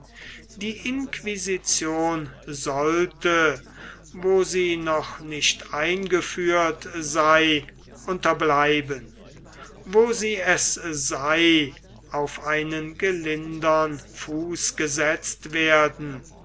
die inquisition sollte wo sie noch nicht eingeführt sei unterbleiben wo sie es sei auf einen gelindern fuß gesetzt werden